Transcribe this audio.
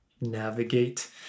navigate